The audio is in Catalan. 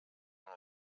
una